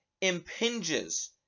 Impinges